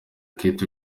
keith